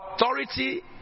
authority